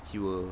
he will